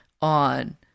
on